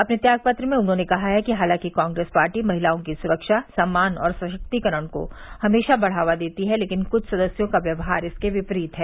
अपने त्याग पत्र में उन्होंने कहा है कि हालांकि कांग्रेस पार्टी महिलाओं की सुरक्षा सम्मान और सशक्तिकरण को हमेशा बढ़ावा देती है लेकिन कुछ सदस्यों का व्यवहार इसके विपरीत है